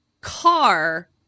car